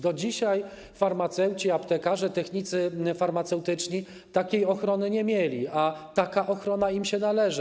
Do dzisiaj farmaceuci, aptekarze, technicy farmaceutyczni takiej ochrony nie mieli, a taka ochrona im się należy.